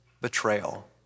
betrayal